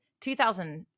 2000